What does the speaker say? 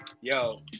Yo